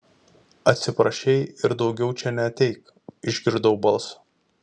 atsiprašei ir daugiau čia neateik išgirdau balsą